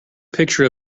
picture